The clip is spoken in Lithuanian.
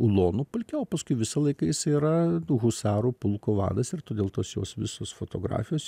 ulonų pulke o paskui visą laiką jisai yra husarų pulko vadas ir todėl tos jos visos fotografijos